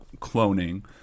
cloning